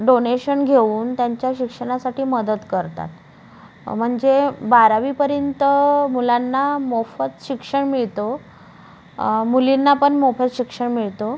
donation घेऊन त्यांच्या शिक्षणासाठी मदत करतात म्हणजे बारावीपर्यंत मुलांना मोफत शिक्षण मिळतो मुलींना पण मोफत शिक्षण मिळतो